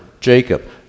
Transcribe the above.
Jacob